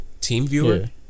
TeamViewer